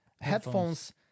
headphones